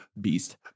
beast